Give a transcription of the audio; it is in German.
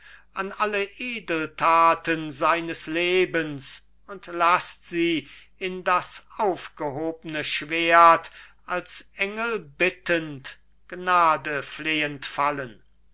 an alle edeltaten seines lebens und laßt sie in das aufgehobne schwert als engel bittend gnadeflehend fallen